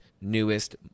newest